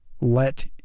Let